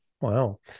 wow